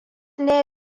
ne